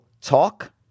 talk